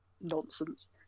nonsense